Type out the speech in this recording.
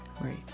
Right